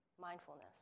mindfulness